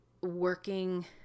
working